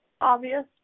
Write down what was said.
obvious